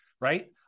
right